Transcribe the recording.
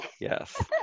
Yes